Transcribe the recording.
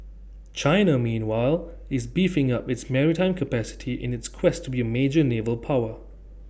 China meanwhile is beefing up its maritime capacity in its quest to be A major naval power